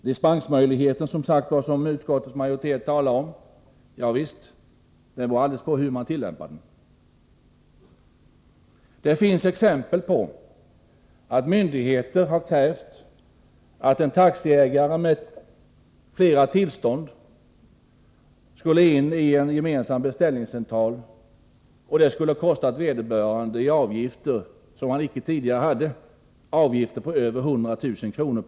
Dispensmöjligheten, som utskottsmajoriteten talar om, är naturligtvis beroende av hur den tillämpas. Det finns exempel på att myndigheter har krävt att en taxiägare med flera tillstånd skall gå in i en gemensam beställningscentral, vilket skulle kosta vederbörande över 100 000 kr. per år i avgifter, som han tidigare icke hade.